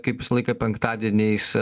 kaip visą laiką penktadieniais